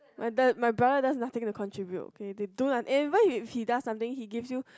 my br~ my brother does nothing to contribute okay they do whenever he does something he give you